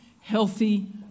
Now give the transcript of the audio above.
healthy